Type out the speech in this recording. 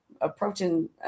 approaching